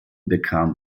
bekam